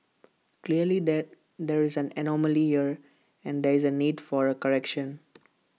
clearly there there is an anomaly here and there is A need for A correction